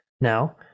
now